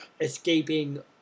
escaping